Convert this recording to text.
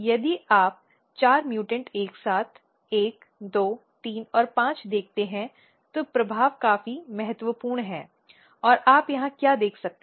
यदि आप चार म्यूटॅन्ट एक साथ 1 2 3 और 5 देखते हैं तो प्रभाव काफी महत्वपूर्ण है और आप यहां क्या देख सकते हैं